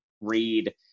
read